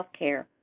healthcare